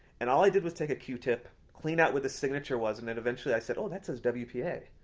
and all i did was take a q-tip, clean out where the signature was, and then, eventually, i said, oh, that says w p a.